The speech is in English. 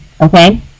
Okay